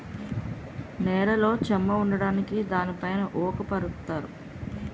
నేలలో చెమ్మ ఉండడానికి దానిపైన ఊక పరుత్తారు